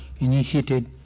initiated